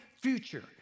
future